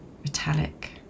metallic